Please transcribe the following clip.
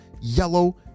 yellow